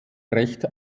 recht